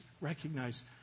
recognize